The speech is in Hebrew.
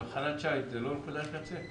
תחנת שיט היא לא נקודת קצה?